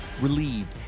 relieved